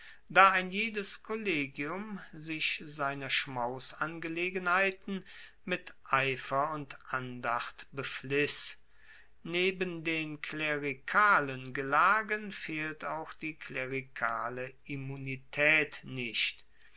da ein jedes kollegium sich seiner schmausangelegenheiten mit eifer und andacht befliss neben den klerikalen gelagen fehlt auch die klerikale immunitaet nicht